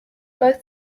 both